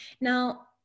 now